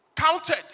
Counted